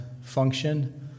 function